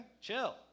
Chill